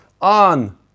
on